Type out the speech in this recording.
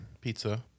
pizza